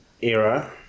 era